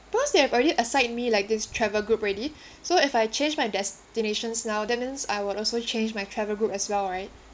because they have already assigned me like this travel group already so if I change my destinations now that means I would also change my travel group as well right